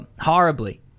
horribly